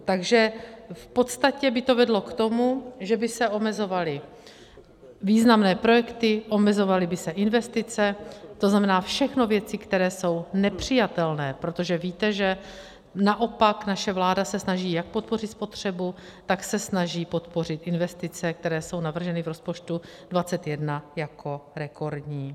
Takže v podstatě by to vedlo k tomu, že by se omezovaly významné projekty, omezovaly by se investice, to znamená, všechno věci, které jsou nepřijatelné, protože víte, že naopak naše vláda se snaží jak podpořit spotřebu, tak se snaží podpořit investice, které jsou navrženy v rozpočtu 2021 jako rekordní.